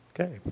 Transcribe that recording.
Okay